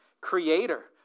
Creator